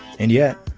and yet,